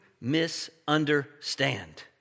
misunderstand